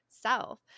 self